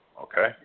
Okay